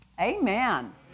Amen